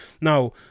now